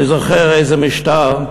אני זוכר איזה משטר,